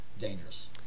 Dangerous